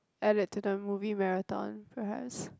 add it to the movie marathon perhaps